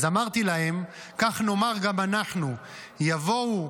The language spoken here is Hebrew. אמרתי להם: כך נאמר גם אנחנו: יבואו לוחמינו,